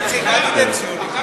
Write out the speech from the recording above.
איציק, אל תיתן ציונים.